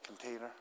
container